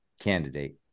candidate